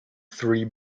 three